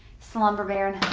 it's the lumber baron.